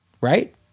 right